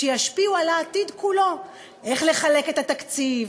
שישפיעו על העתיד כולו: איך לחלק את התקציב,